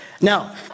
Now